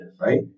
right